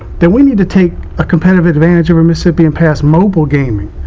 and we need to take a competitive advantage over mississippi and pass mobile gaming.